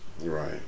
Right